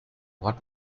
what